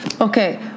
Okay